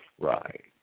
Right